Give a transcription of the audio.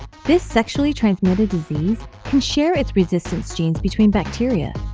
this sexually transmitted disease can share its resistance genes between bacteria,